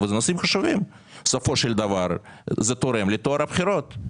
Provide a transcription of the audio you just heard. אלה נושאים חשובים ובסופו של דבר זה תורם לטוהר הבחירות.